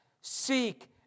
seek